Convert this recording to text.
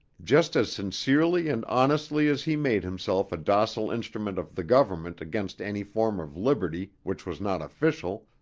just as sincerely and honestly as he made himself a docile instrument of the government against any form of liberty which was not official,